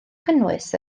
gynnwys